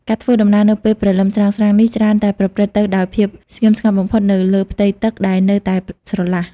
ការធ្វើដំណើរនៅពេលព្រលឹមស្រាងៗនេះច្រើនតែប្រព្រឹត្តទៅដោយភាពស្ងៀមស្ងាត់បំផុតនៅលើផ្ទៃទឹកដែលនៅតែស្រឡះ។